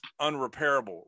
unrepairable